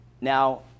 Now